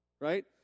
right